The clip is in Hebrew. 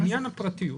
לעניין הפרטיות,